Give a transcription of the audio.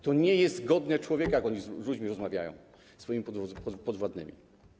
To nie jest godne człowieka, jak oni z ludźmi rozmawiają, ze swoimi podwładnymi.